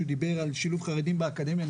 שהוא דיבר על שילוב חרדים באקדמיה,